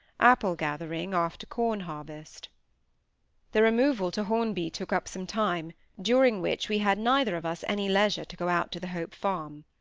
apple-gathering after corn-harvest. the removal to hornby took up some time, during which we had neither of us any leisure to go out to the hope farm.